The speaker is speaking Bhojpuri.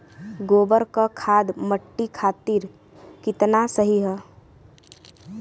गोबर क खाद्य मट्टी खातिन कितना सही ह?